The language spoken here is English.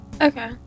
Okay